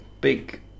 big